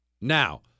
Now